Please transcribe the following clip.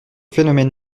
phénomènes